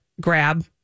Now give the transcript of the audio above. grab